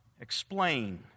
explain